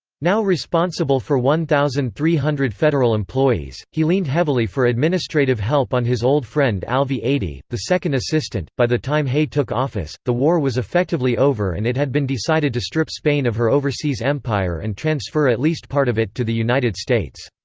now responsible for one thousand three hundred federal employees, he leaned heavily for administrative help on his old friend alvey adee, the second assistant by the time hay took office, the war was effectively over and it had been decided to strip spain of her overseas empire and transfer at least part of it to the united states.